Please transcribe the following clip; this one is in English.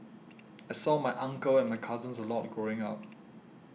I saw my uncle and my cousins a lot growing up